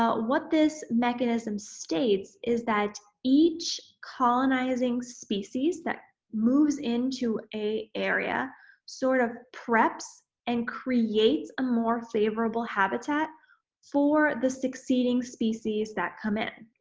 what this mechanism states is that each colonizing species that moves into a area sort of preps and creates a more favorable habitat for the succeeding species that come in.